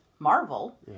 Marvel